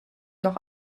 noch